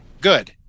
Good